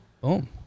Boom